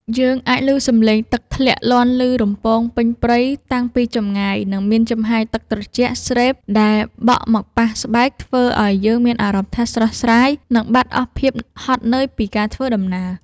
យើងអាចឮសំឡេងទឹកធ្លាក់លាន់ឮរំពងពេញព្រៃតាំងពីចម្ងាយ និង មានចំហាយទឹកត្រជាក់ស្រេបដែលបក់មកប៉ះស្បែកធ្វើឱ្យយើងមានអារម្មណ៍ថាស្រស់ស្រាយ និង បាត់អស់ភាពហត់នឿយពីការធ្វើដំណើរ។